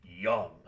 young